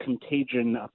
contagion